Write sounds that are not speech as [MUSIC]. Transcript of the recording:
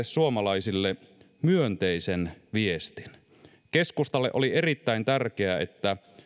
[UNINTELLIGIBLE] suomalaisille myönteisen viestin keskustalle oli erittäin tärkeää että